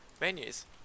menus